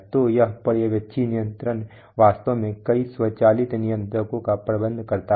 तो एक पर्यवेक्षी नियंत्रण वास्तव में कई स्वचालित नियंत्रकों का प्रबंधन करता है